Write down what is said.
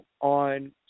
on